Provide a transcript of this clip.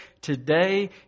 today